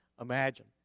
imagine